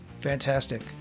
Fantastic